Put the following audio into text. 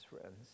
friends